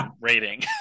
rating